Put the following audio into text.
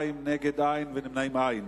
מתנגדים ואין נמנעים.